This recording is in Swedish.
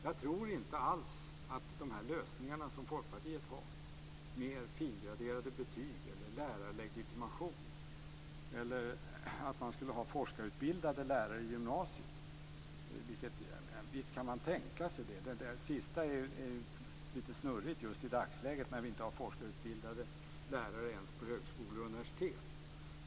Jag tror inte alls på de lösningar som Folkpartiet har - mer fingraderade betyg eller lärarlegitimation eller att man skulle ha forskarutbildade lärare i gymnasiet. Visst kan man tänka sig det sista, men det är lite snurrigt i dagsläget när vi inte har forskarutbildade lärare ens på högskolor och universitet.